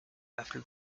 after